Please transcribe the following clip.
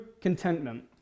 contentment